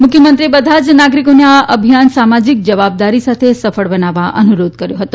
મુખ્યમંત્રીએ બધા જ નાગરિકોને આ અભિયાન સામાજીક જવાબદારી સાથે સફળ બનાવવા અનુરોધ કર્યો હતો